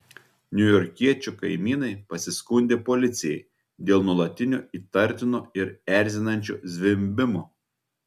niujorkiečio kaimynai pasiskundė policijai dėl nuolatinio įtartino ir erzinančio zvimbimo